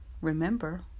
remember